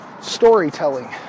storytelling